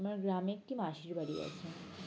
আমার গ্রামে একটি মাসির বাড়ি আছে